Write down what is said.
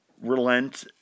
relent